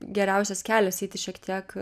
geriausias kelias eiti šiek tiek